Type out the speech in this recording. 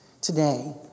Today